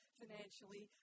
financially